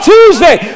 Tuesday